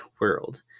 world